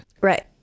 Right